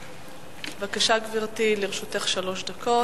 בבקשה, גברתי, לרשותך שלוש דקות.